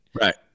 Right